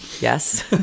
Yes